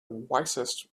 wisest